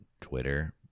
Twitter